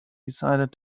decided